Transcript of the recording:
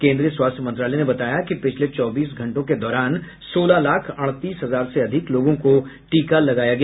केंद्रीय स्वास्थ्य मंत्रालय ने बताया कि पिछले चौबीस घंटों के दौरान सोलह लाख अड़तीस हजार से अधिक लोगों को टीका लगाया गया